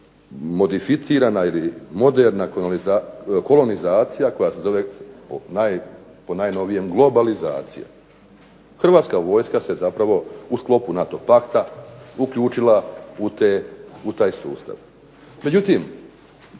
modificirana ili moderna kolonizacija koja se zove po najnovijem globalizacija. Hrvatska vojska se zapravo u sklopu NATO Pakta uključila u taj sustav,